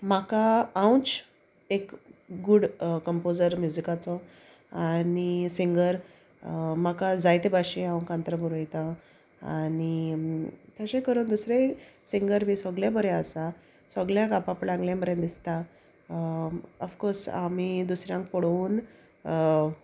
म्हाका हांवूंच एक गूड कंपोजर म्युजिकाचो आनी सिंगर म्हाका जायते भाशेन हांव कांतरां बोरोयतां आनी तशें करून दुसरें सिंगर बी सोगलें बरें आसा सोगल्यांक आपापल्यालें बरें दिसता ऑफकोर्स आमी दुसऱ्यांक पळोवन